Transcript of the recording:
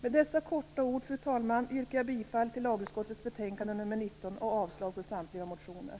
Med dessa ord i korthet, fru talman, yrkar jag bifall till utskottets hemställan i lagutskottets betänkande nr 19 och avslag på samtliga motioner.